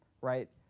right